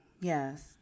Yes